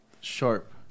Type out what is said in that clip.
sharp